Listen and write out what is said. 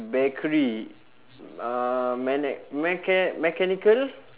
bakery uh mecha~ mechanical